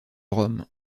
rome